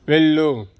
వెళ్ళు